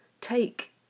Take